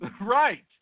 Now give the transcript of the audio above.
Right